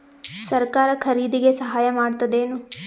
ಸರಕಾರ ಖರೀದಿಗೆ ಸಹಾಯ ಮಾಡ್ತದೇನು?